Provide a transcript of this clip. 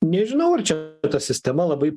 nežinau ar čia ta sistema labai